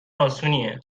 اسونیه